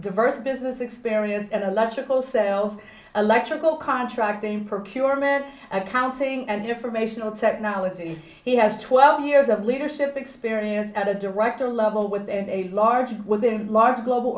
diverse business experience and electrical sales electrical contracting procurement accounting and from a single technology he has twelve years of leadership experience at a director level with a large within large global